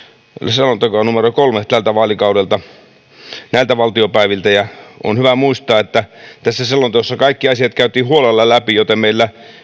selontekoa numero kolmelta näiltä valtiopäiviltä ja on hyvä muistaa että tässä selonteossa kaikki asiat käytiin huolella läpi joten meillä